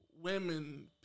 women